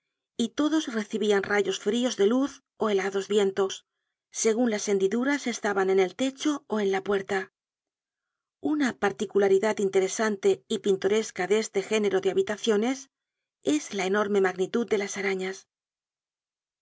y todos recibian rayos fríos de luz ó helados vientos segun las hendiduras estaban en el techo ó en la puerta una particularidad interesante y pintoresca de este género de habitaciones es la enorme magnitud de las arañas